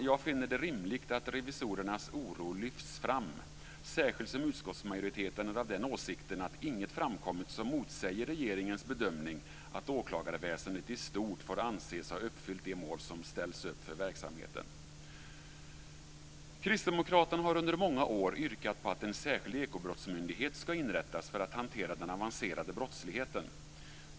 Jag finner det rimligt att revisorernas oro lyfts fram, särskilt som utskottsmajoriteten är av den åsikten att inget framkommit som motsäger regeringens bedömning att åklagarväsendet i stort får anses ha uppfyllt det mål som ställts upp för verksamheten. Kristdemokraterna har under många år yrkat på att en särskild ekobrottsmyndighet ska inrätts för att hantera den avancerade brottsligheten.